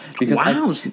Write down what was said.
Wow